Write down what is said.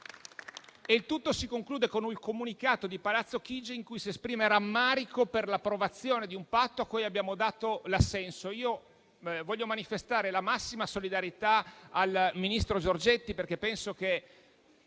Il tutto si conclude con il comunicato di Palazzo Chigi in cui si esprime rammarico per l'approvazione di un patto a cui abbiamo dato l'assenso. Io vorrei manifestare la massima solidarietà al ministro Giorgetti, perché penso che